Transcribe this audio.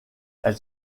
elle